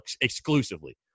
exclusively